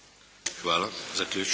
Hvala.